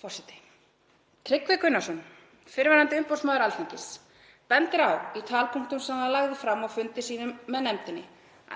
Forseti. Tryggvi Gunnarsson, fyrrverandi umboðsmaður Alþingis, bendir á í talpunktum sem hann lagði fram á fundi sínum með nefndinni